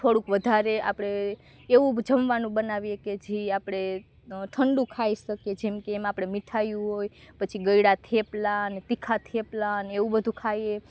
થોડુંક વધારે આપણે એવું જમવાનું બનાવીએ કે જે આપણે ઠંડુ ખાઈ શકીએ જેમકે એમાં આપણે મીઠાઈયું હોય પછી ગળ્યા થેપલા અને તીખા થેપલા અને એવું બધું ખાઈએ